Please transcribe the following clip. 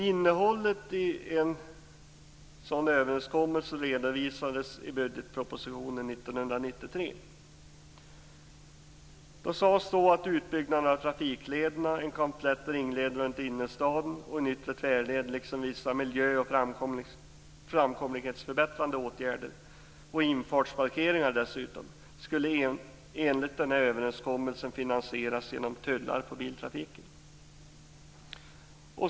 Innehållet i överenskommelsen redovisades i budgetpropositionen 1993. Det sades att utbyggnaden av trafiklederna, en komplett ringled runt staden, en yttre tvärled, vissa miljö och framkomlighetsförbättrande åtgärder och dessutom infartsparkeringar enligt denna överenskommelse skulle finansieras genom tullar på biltrafiken.